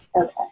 Okay